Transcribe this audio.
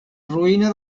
ruïna